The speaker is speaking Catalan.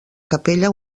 capella